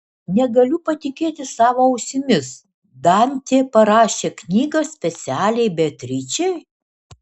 negaliu patikėti savo ausimis dantė parašė knygą specialiai beatričei